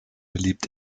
beliebt